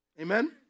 Amen